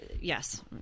yes